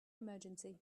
emergency